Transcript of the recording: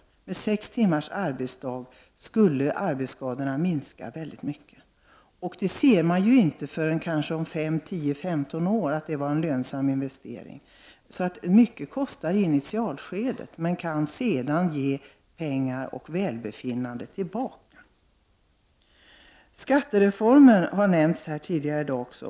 Hade vi sex timmars arbetsdag skulle antalet arbetsskador minska väldigt mycket. Man ser kanske inte förrän om 10-15 år att en arbetstidsförkortning är en lönsam investering. Det kostar alltså mycket i initialskedet, men vi får tillbaka mycket i form av pengar och välbefinnande. Det har tidigare i dag talats om skattereformen.